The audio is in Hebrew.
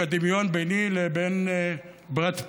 כדמיון ביני לבין בראד פיט,